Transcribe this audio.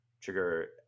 Trigger